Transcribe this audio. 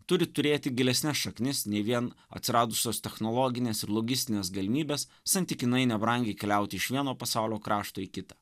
turi turėti gilesnes šaknis nei vien atsiradusios technologinės ir logistinės galimybės santykinai nebrangiai keliauti iš vieno pasaulio krašto į kitą